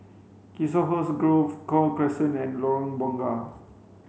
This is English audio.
Chiselhurst Grove Gul Crescent and Lorong Bunga